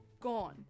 Gone